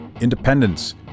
independence